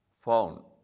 found